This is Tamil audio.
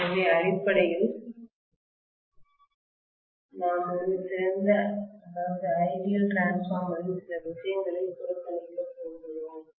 எனவே அடிப்படையில் நாம் ஒரு சிறந்தஐடியல்டிரான்ஸ்பார்மரில் சில விஷயங்களை புறக்கணிக்கப் போகிறோம்